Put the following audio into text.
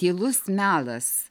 tylus melas